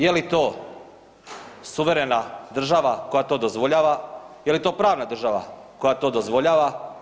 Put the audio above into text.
Je li to suverena država koja to dozvoljava, je li pravna država koja to dozvoljava?